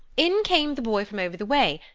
in came the boy from over the way,